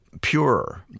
Purer